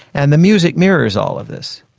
and the music mirrors all of this.